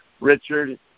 Richard